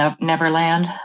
Neverland